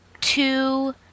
two